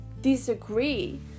disagree